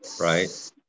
right